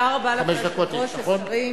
היושב-ראש, תודה לך, השרים,